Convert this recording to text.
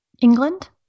England